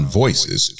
voices